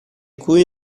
cui